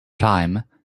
time